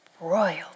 royal